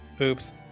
Oops